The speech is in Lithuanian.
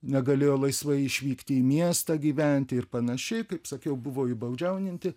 negalėjo laisvai išvykti į miestą gyventi ir panašiai kaip sakiau buvo įbaudžiauninti